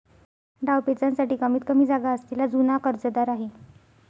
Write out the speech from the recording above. डावपेचांसाठी कमीतकमी जागा असलेला जुना कर्जदार आहे